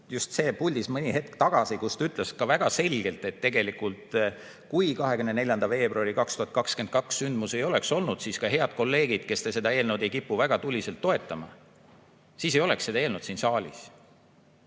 just siin puldis mõni hetk tagasi ütles väga selgelt, et kui 24. veebruari 2022 sündmusi ei oleks olnud, siis, head kolleegid, kes te seda eelnõu ei kipu väga tuliselt toetama, ei oleks ka seda eelnõu siin saalis.